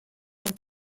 und